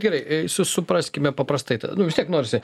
gerai su supraskime paprastai tada nu vis tiek norisi